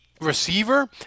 receiver